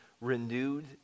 renewed